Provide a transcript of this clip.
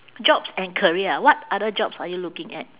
jobs and career ah what other jobs are you looking at